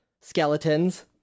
skeletons